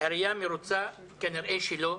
עירייה מרוצה כנראה שלא,